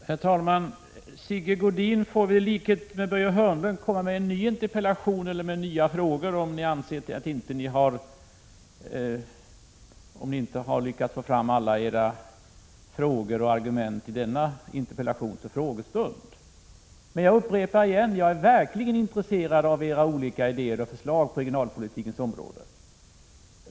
Herr talman! Sigge Godin får i likhet med Börje Hörnlund framställa nya interpellationer eller nya frågor, om ni anser att ni inte har lyckats föra fram alla era argument och alla era frågor i denna debatt. Jag upprepar: Jag är verkligen intresserad av era olika idéer och förslag på regionalpolitikens område.